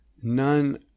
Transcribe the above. none